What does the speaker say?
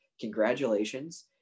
congratulations